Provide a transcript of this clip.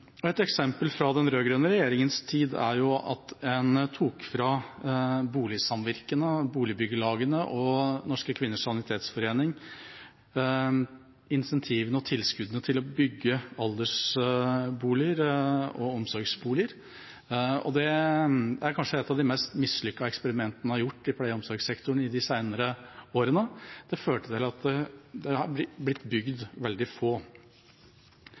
Et eksempel fra den rød-grønne regjeringas tid er at en tok fra boligsamvirkene, boligbyggelagene og Norske Kvinners Sanitetsforening incentivene og tilskuddene til å bygge aldersboliger og omsorgsboliger. Det er kanskje et av de mest mislykkede eksperimentene en har gjort i pleie- og omsorgssektoren de senere årene. Det førte til at det har blitt bygd veldig få.